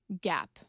gap